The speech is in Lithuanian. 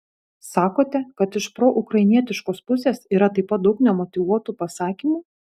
sakote kad iš proukrainietiškos pusės yra taip pat daug nemotyvuotų pasakymų